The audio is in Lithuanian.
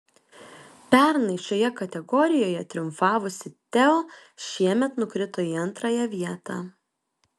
pernai šioje kategorijoje triumfavusi teo šiemet nukrito į antrąją vietą